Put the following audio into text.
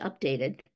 updated